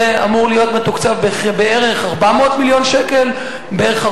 זה אמור להיות מתוקצב ב-400 מיליון שקל בערך,